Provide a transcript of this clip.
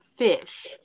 fish